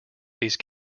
these